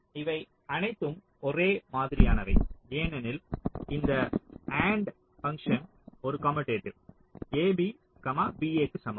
அவை அனைத்தும் ஒரே மாதிரியானவை ஏனெனில் இந்த AND பங்சன் ஒரு commutative A B B A க்கு சமம்